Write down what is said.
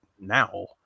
now